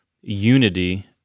unity